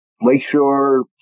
Lakeshore